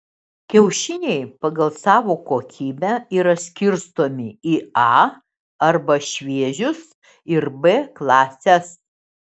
kiaušiniai pagal savo kokybę yra skirstomi į a arba šviežius ir b klases